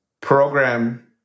program